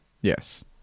Yes